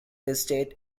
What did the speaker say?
estate